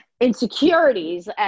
insecurities